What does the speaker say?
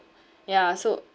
yeah so